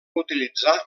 utilitzar